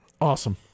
Awesome